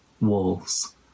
walls